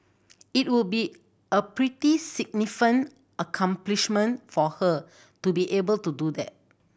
it would be a pretty significant accomplishment for her to be able to do that